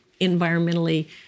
environmentally